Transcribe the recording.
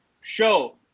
show